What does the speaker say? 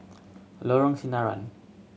Lorong Sinaran